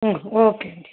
okay అండి